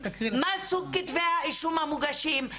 מה סוג כתבי האישום המוגשים,